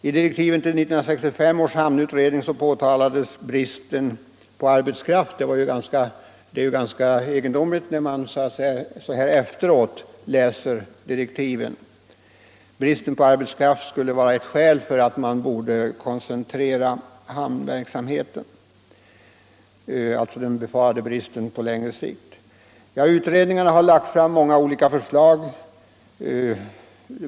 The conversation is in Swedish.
I direktiven till 1965 års hamnutredning anfördes bristen på arbetskraft — det låter ju ganska egendomligt när man så här efteråt läser direktiven — som ett skäl för att man borde koncentrera hamnverksamheten. Det gällde alltså den befarade arbetskraftsbristen på längre sikt. Utredningarna har lagt fram många olika förslag.